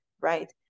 right